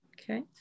Okay